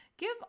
Give